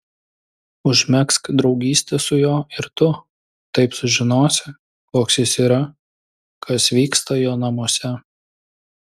užmegzk draugystę su juo ir tu taip sužinosi koks jis yra kas vyksta jo namuose